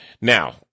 Now